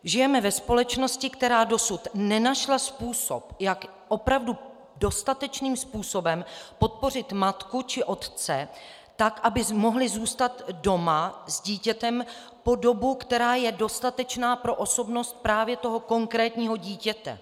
Žijeme ve společnosti, která dosud nenašla způsob, jak opravdu dostatečným způsobem podpořit matku či otce tak, aby mohli zůstat doma s dítětem po dobu, která je dostatečná pro osobnost právě toho konkrétního dítěte.